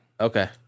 Okay